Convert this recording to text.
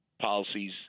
policies